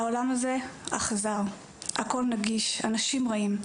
העולם הזה אכזר, הכל נגיש, אנשים רעים.